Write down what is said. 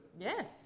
Yes